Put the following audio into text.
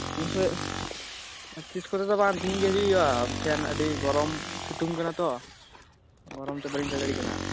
ᱛᱤᱱ ᱥᱩᱢᱟᱹᱭ ᱛᱤᱥ ᱠᱚᱛᱮ ᱫᱚ ᱵᱟᱝ ᱛᱮᱦᱮᱧ ᱜᱮ ᱦᱤᱡᱩᱜ ᱦᱩᱭᱩᱜᱼᱟ ᱯᱷᱮᱱ ᱟᱹᱰᱤ ᱜᱚᱨᱚᱢ ᱥᱤᱛᱩᱝ ᱠᱟᱱᱟ ᱛᱚ ᱜᱚᱨᱚᱢ ᱛᱮ ᱵᱟᱞᱤᱝ ᱛᱟᱦᱮᱸ ᱫᱟᱲᱮᱭᱟᱜ ᱠᱟᱱᱟ